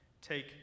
take